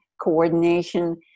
coordination